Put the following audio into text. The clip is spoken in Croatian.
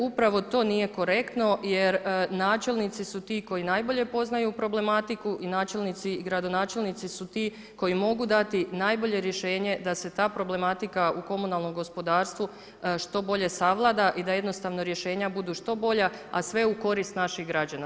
Upravo to nije korektno, jer načelnici, su ti koji najbolje poznaju problematiku i načelnici i gradonačelnici su ti, koji mogu dati najbolje rješenje, da se ta problematika u komunalnom gospodarstvu što bolje savlada i da jednostavno rješenja budu što bolja a sve u korist naših građana.